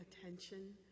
attention